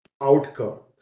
outcome